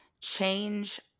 change